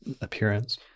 appearance